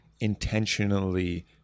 intentionally